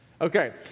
Okay